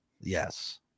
Yes